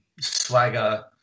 swagger